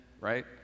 right